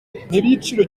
iby’igiciro